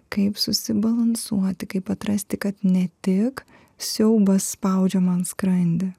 kaip susibalansuoti kaip atrasti kad ne tik siaubas spaudžia man skrandį